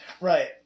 Right